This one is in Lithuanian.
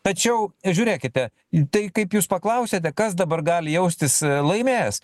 tačiau žiūrėkite tai kaip jūs paklausėte kas dabar gali jaustis laimėjęs